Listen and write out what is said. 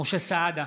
משה סעדה,